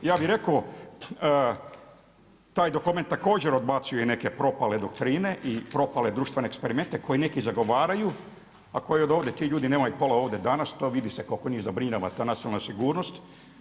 Ja bih rekao taj dokument također odbacuje i neke propale doktrine i propale društvene eksperimente koji neki zagovaraju, a kojih ovdje tih ljudi nema ih pola ovdje danas, to se vidi koliko njih zabrinjava nacionalna sigurnost.